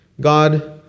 God